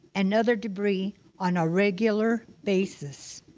and other debris on a regular basis.